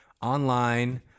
online